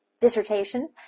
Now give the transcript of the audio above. dissertation